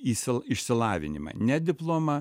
išsilavinimą ne diplomą